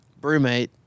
brewmate